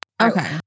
Okay